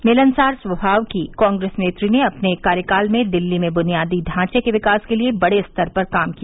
मिलन सार स्वभाव की कांग्रेस नेत्री ने अपने कार्यकाल में दिल्ली में बुनियादी ढांचे के विकास के लिये बड़े स्तर पर काम किया